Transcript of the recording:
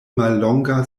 mallonga